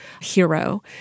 hero